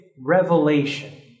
revelation